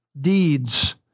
deeds